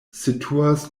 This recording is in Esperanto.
situas